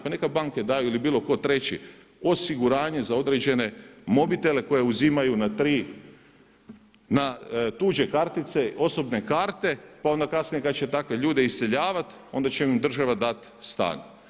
Pa neka banke daju ili bilo tko treći osiguranje za određene mobitele koje uzimaju na tuđe kartice, osobne karte pa onda kasnije kad će takve ljude iseljavati onda će im država dati stan.